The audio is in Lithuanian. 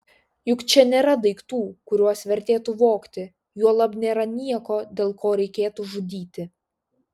juk čia nėra daiktų kuriuos vertėtų vogti juolab nėra nieko dėl ko reikėtų žudyti